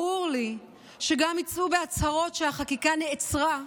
ברור לי שגם אם יצאו בהצהרות שהחקיקה נעצרה,